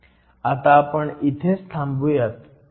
आता आपण इथेच थांबुयात